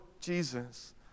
Jesus